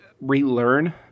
relearn